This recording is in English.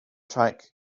track